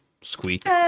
squeak